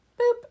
boop